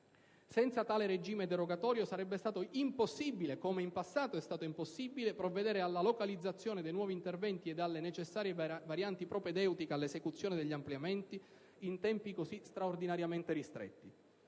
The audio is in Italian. Senza tale regime derogatorio sarebbe stato impossibile, come lo è stato in passato, provvedere alla localizzazione dei nuovi interventi ed alle necessarie varianti propedeutiche all'esecuzione degli ampliamenti in tempi così straordinariamente ristretti.